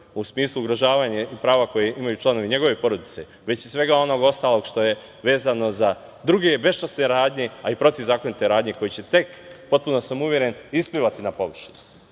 u smislu ugrožavanja prava koje imaju članovi njegove porodice, već i svega onog ostalog što je vezano za druge besčasne radnje, a i protivzakonite radnje koje će te, potpuno sam uveren, isplivati na površinu. Prema